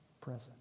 present